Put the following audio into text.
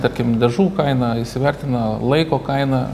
tarkim dažų kainą įsivertina laiko kainą